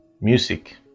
music